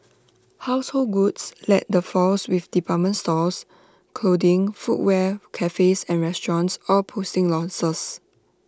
household goods led the falls with department stores clothing footwear cafes and restaurants all posting losses